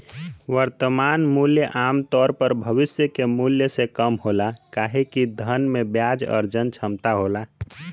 वर्तमान मूल्य आमतौर पर भविष्य के मूल्य से कम होला काहे कि धन में ब्याज अर्जन क्षमता होला